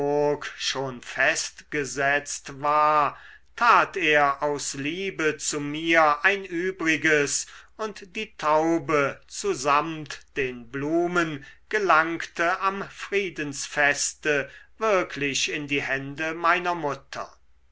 schon festgesetzt war tat er aus liebe zu mir ein übriges und die taube zusamt den blumen gelangte am friedensfeste wirklich in die hände meiner mutter